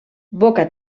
boca